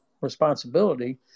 responsibility